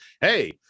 hey